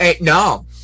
no